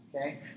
okay